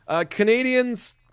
Canadians